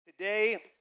Today